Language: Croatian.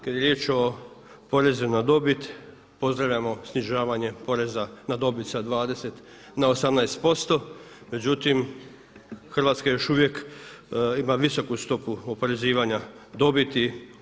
Kad je riječ o porezu na dobit pozdravljamo snižavanje poreza na dobit sa 20 na 18% međutim Hrvatska još uvijek ima visoku stopu oporezivanja dobiti.